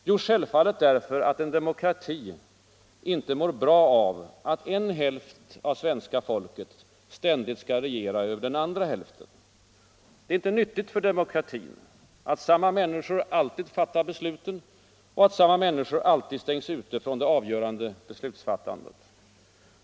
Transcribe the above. Jo, självfallet därför att en demokrati inte mår bra av att en hälft av svenska folket ständigt skall regera över den andra hälften. Det är inte nyttigt för demokratin att samma människor alltid fattar besluten och att samma människor alltid stängs ute från det avgörande beslutsfattandet.